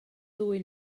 ddwy